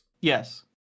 Yes